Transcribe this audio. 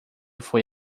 foi